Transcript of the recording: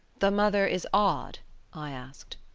the mother is odd i asked.